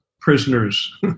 prisoners